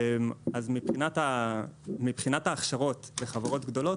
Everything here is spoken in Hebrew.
מבחינת ההכשרות לחברות גדולות,